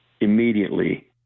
immediately